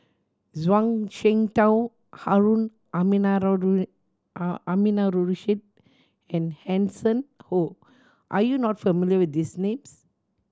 Zhuang Shengtao Harun Aminurrashid and Hanson Ho are you not familiar with these names